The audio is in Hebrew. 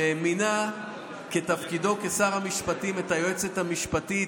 שמינה בתפקידו כשר המשפטים את היועצת המשפטית,